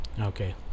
okay